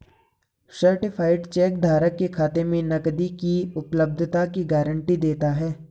certified cheque धारक के खाते में नकदी की उपलब्धता की गारंटी देता है